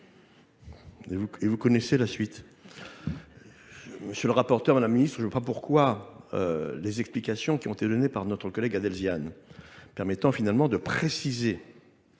et vous connaissez la suite. Monsieur le rapporteur, madame la ministre, je ne sais pas pourquoi les explications qui ont été données par notre collègue Adelzian, permettant finalement de préciser